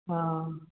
हाँ